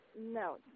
No